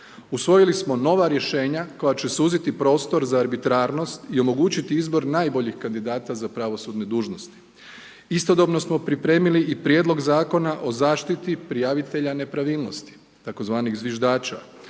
Usvojili smo nova rješenja koja će suziti prostor za arbitrarnost i omogućiti izbor najboljih kandidata za pravosudne dužnosti. Istodobno smo pripremili i prijedlog zakona o zaštiti prijavitelja nepravilnosti, tzv. zviždača